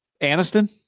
Aniston